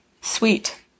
sweet